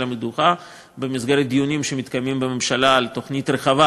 המדוכה במסגרת דיונים שמתקיימים בממשלה על תוכנית רחבה,